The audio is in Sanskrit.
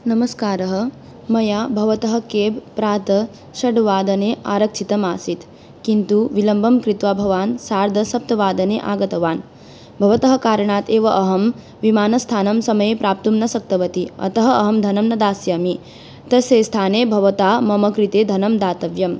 नमस्कारः मया भवतः केब् प्रातः षड्वादने आरक्षितम् आसीत् किन्तु विलम्बं कृत्वा भवान् सार्धसप्तवादने आगतवान् भवतः कारणात् एव अहं विमानस्थानं समये प्राप्तुं न शक्तवती अतः अहं धनं न दास्यामि तस्य स्थाने भवता मम कृते धनं दातव्यम्